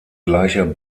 gleicher